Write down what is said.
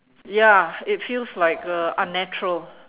ya it feels like uh unnatural